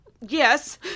yes